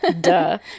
Duh